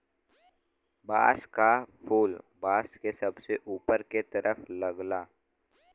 बांस क फुल बांस के सबसे ऊपर के तरफ लगला